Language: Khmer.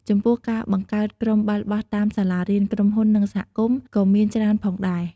ចំពោះការបង្កើតក្រុមបាល់បោះតាមសាលារៀន ក្រុមហ៊ុន និងសហគមន៍ក៏មានច្រើនផងដែរ។